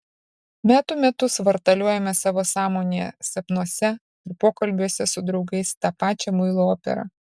metų metus vartaliojame savo sąmonėje sapnuose ir pokalbiuose su draugais tą pačią muilo operą